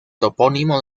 topónimo